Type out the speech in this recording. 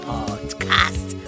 Podcast